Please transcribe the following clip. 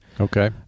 Okay